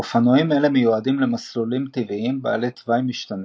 אופנועים אלו מיועדים למסלולים טבעיים בעלי תוואי משתנה,